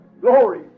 Glory